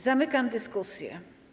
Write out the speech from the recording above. Zamykam dyskusję.